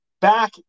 back